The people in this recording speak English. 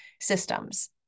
systems